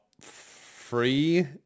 free